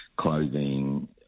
clothing